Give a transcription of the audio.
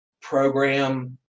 program